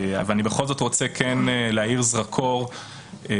אבל בכל זאת אני כן רוצה להאיר זרקור לשלוש